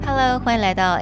Hello,欢迎来到